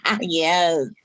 Yes